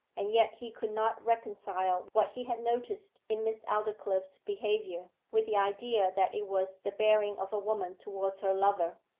and yet he could not reconcile what he had noticed in miss aldclyffe's behaviour with the idea that it was the bearing of a woman towards her lover.